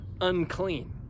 unclean